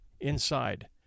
inside